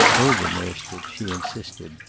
overnursed it, she insisted.